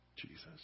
Jesus